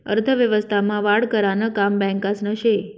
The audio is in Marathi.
अर्थव्यवस्था मा वाढ करानं काम बॅकासनं से